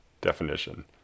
definition